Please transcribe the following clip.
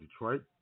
Detroit